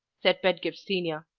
said pedgift senior.